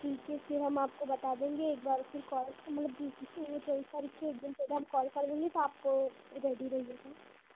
ठीक है फ़िर हम आपको बता देंगे एक बार फ़िर कॉल मतलब बीच में तेईस तारीख के एक दिन पहले हम कॉल कर देंगे तो आपको रेडी रहिएगा